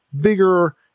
bigger